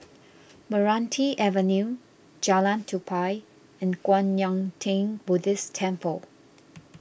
Meranti Avenue Jalan Tupai and Kwan Yam theng Buddhist Temple